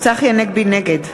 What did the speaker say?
נגד